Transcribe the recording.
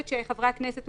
למשפחות ולחיים עצמם.